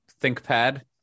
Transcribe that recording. ThinkPad